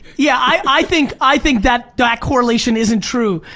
yeah i think i think that correlation isn't true.